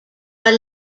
are